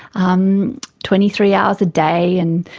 um twenty three hours a day, and